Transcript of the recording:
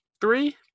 three